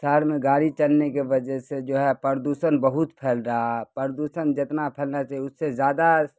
شہر میں گاڑی چلنے کی وجہ سے جو ہے پردوشن بہت پھیل رہا پردوشن جتنا پھیلنا چاہیے اس سے زیادہ